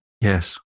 Yes